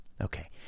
Okay